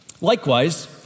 likewise